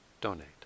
donate